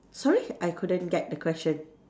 sorry I couldn't get the question